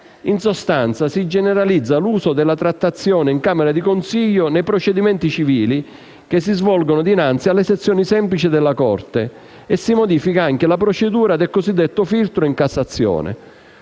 In sostanza si generalizza l'uso della trattazione in camera di consiglio nei procedimenti civili che si svolgono dinanzi alle sezioni semplici della Corte e si modifica anche la procedura del cosiddetto filtro in Cassazione.